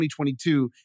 2022